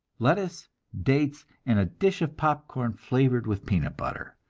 lettuce, dates, and a dish of popcorn flavored with peanut butter.